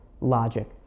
logic